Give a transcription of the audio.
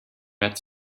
met